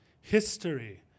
History